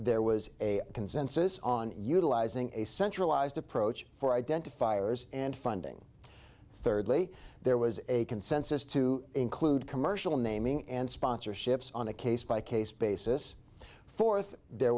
there was a consensus on utilizing a centralized approach for identifiers and funding thirdly there was a consensus to include commercial naming and sponsorships on a case by case basis for if there